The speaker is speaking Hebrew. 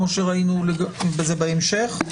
זה בהמשך?